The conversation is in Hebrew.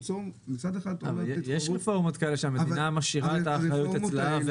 יש רפורמות שהמדינה משאירה את האחריות אצלה.